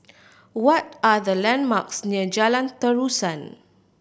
what are the landmarks near Jalan Terusan